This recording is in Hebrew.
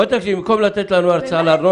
אתה באמת מדבר איתנו על ארנונה?